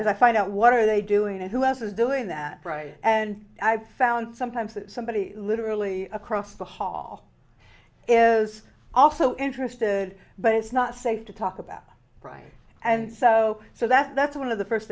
as i find out what are they doing and who else is doing that and i've found sometimes that somebody literally across the hall is also interested but it's not safe to talk about right and so so that's one of the first